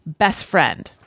bestfriend